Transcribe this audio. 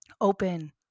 open